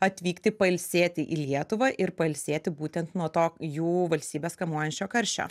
atvykti pailsėti į lietuvą ir pailsėti būtent nuo to jų valstybes kamuojančio karščio